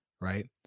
right